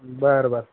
बरं बरं